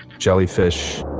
jellyfish,